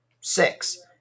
six